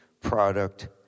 product